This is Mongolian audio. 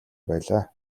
байлаа